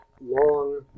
long